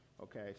okay